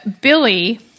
Billy